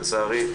לצערי,